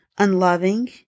unloving